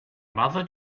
mother